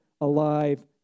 alive